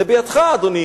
זה בידך, אדוני